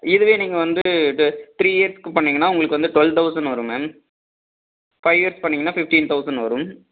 இதுவே நீங்கள் வந்து இது த்ரீ இயர்ஸ்க்கு பண்ணீங்கன்னா உங்களுக்கு வந்து டுவெல் தௌசண்ட் வரும் மேம் ஃபைவ் இயர் பண்ணீங்கனா ஃபிஃப்டீன் தௌசண்ட் வரும்